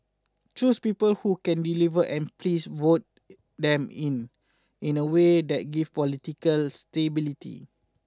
choose people who can deliver and please vote them in in a way that gives political stability